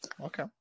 Okay